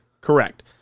Correct